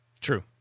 True